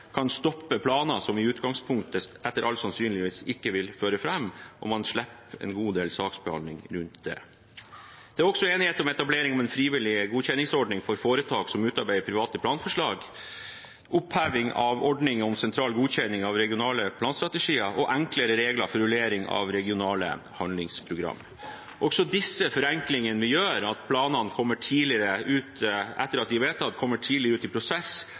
kan stoppe planer som i utgangspunktet etter all sannsynlighet ikke vil føre fram, og man slipper en god del saksbehandling rundt det. Det er også enighet om etablering av en frivillig godkjenningsordning for foretak som utarbeider private planforslag, oppheving av ordning om sentral godkjenning av regionale planstrategier og enklere regler for rullering av regionale handlingsprogram. Også disse forenklingene gjør at planene etter at de er vedtatt, kommer tidligere ut i prosess